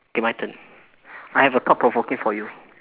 okay my turn I have a thought provoking for you